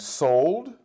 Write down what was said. sold